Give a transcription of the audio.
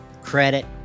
credit